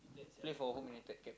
play for Home-United cap~